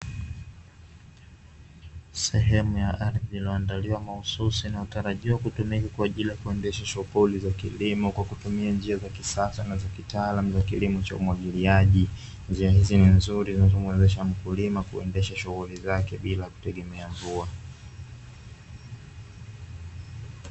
Sehemu ya ardhi iliyoandaliwa mahususi inayotarajiwa kutumika kwa ajili ya kuendesha shughuli za kilimo kwa kutumia njia za kisasa na za kitaalamu za kilimo cha umwagiliaji, njia hizi ni nzuri na zinazo muwezesha mkulima kuendesha shughuli zake bila kutegemea mvua.